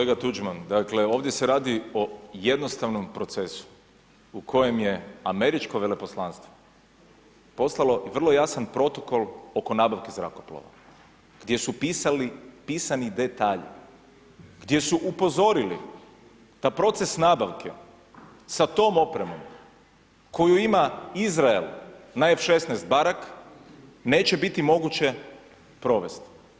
Kolega Tuđman, dakle ovdje se radi o jednostavnom procesu u kojem je američko veleposlanstvo poslalo vrlo jasan protokol oko nabavke zrakoplova gdje su pisani detalji, gdje su upozorili da proces nabavke sa tom opremom koju ima Izrael na F16 Barak neće biti moguće provesti.